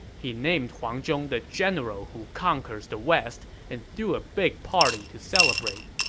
he named huang zhong the general who conquers the west and threw a big party to celebrate.